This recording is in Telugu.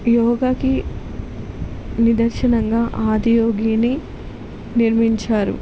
యోగాకి నిదర్శనంగా ఆది యోగిని నిర్మించారు